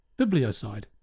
bibliocide